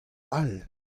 all